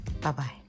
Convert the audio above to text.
Bye-bye